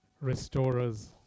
restorers